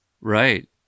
Right